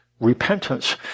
repentance